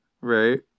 Right